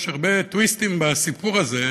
יש הרבה טוויסטים בסיפור הזה.